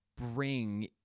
bring